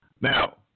Now